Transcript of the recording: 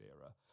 Era